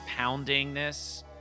poundingness